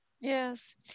Yes